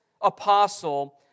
apostle